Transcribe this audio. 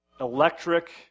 electric